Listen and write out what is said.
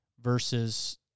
versus